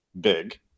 big